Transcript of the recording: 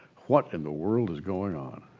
what in the world is going on?